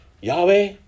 Yahweh